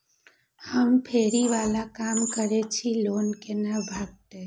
हम फैरी बाला काम करै छी लोन कैना भेटते?